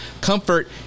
comfort